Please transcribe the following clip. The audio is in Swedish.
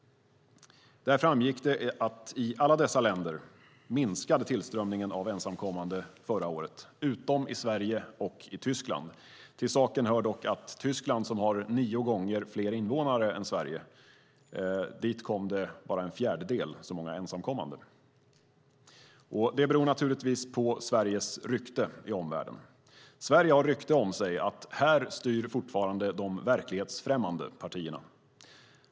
Där framgick det att i alla dessa länder minskade tillströmningen av ensamkommande förra året, utom i Sverige och Tyskland. Till saken hör dock att till Tyskland, som har tio gånger fler invånare än Sverige, kom det bara en fjärdedel så många ensamkommande. Det beror naturligtvis på Sveriges rykte i omvärlden. Sverige har rykte om sig att här styr fortfarande de verklighetsfrämmande partierna.